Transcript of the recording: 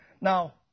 Now